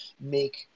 make